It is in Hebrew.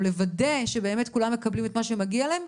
לוודא שבאמת כולם מקבלים את מה שמגיע להם.